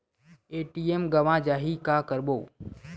ATM गवां जाहि का करबो?